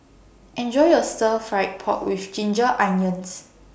Enjoy your Stir Fry Pork with Ginger Onions